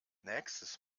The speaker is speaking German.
nächstes